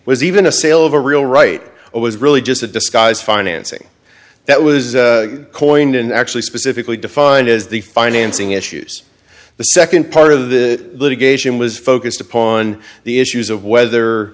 was even a sale of a real right was really just a disguise financing that was coined in actually specifically defined as the financing issues the second part of the litigation was focused upon the issues of whether